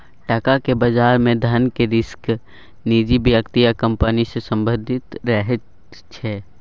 टका केर बजार मे धनक रिस्क निजी व्यक्ति या कंपनी सँ संबंधित रहैत छै